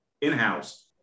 in-house